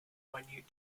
minute